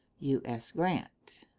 u s. grant.